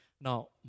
Now